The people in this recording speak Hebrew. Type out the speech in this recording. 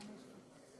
באולם?